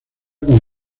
con